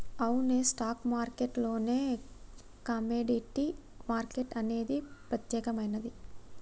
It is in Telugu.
అవునే స్టాక్ మార్కెట్ లోనే కమోడిటీ మార్కెట్ అనేది ప్రత్యేకమైనది